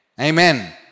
Amen